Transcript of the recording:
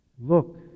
Look